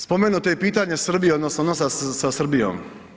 Spomenuto je i pitanje Srbije odnosno odnosa sa Srbijom.